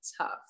tough